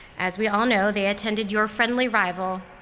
as we all know, they attended your friendly rival,